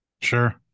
Sure